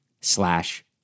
slash